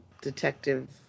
detective